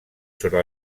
sobre